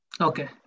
Okay